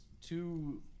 two